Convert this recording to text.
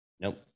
Nope